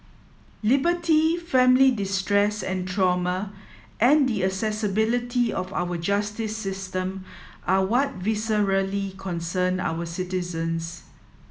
liberty family distress and trauma and the accessibility of our justice system are what viscerally concern our citizens